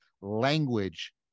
language